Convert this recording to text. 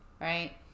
right